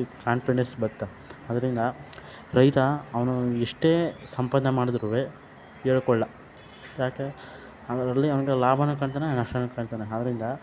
ಈ ಕಾನ್ಪಿಡೆನ್ಸ್ ಬತ್ತ ಅದರಿಂದ ರೈತ ಅವನು ಎಷ್ಟೇ ಸಂಪಾದನೆ ಮಾಡುದ್ರು ಹೇಳ್ಕೊಳ್ಳ ಯಾಕೆ ಅದರಲ್ಲಿ ಅವನಿಗೆ ಲಾಭನೂ ಕಾಣ್ತಾನೆ ನಷ್ಟನೂ ಕಾಣ್ತಾನೆ ಅದರಿಂದ